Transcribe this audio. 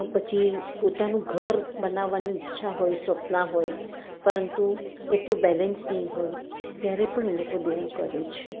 પછી પોતાનું ઘર બનાવવાની ઈચ્છા હોય સપના હોય પરંતુ એટલું બેલેન્સ નહીં હોય ત્યારે પણ એ લોકો દેવું કરે છે